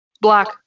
Black